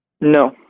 no